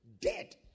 Dead